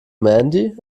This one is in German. mandy